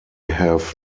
have